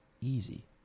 easy